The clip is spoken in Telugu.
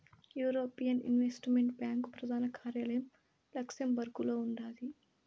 యూరోపియన్ ఇన్వెస్టుమెంట్ బ్యాంకు ప్రదాన కార్యాలయం లక్సెంబర్గులో ఉండాది